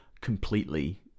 completely